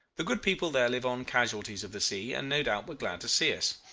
the good people there live on casualties of the sea, and no doubt were glad to see us.